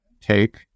take